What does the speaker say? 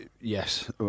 yes